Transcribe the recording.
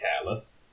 careless